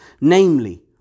Namely